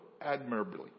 admirably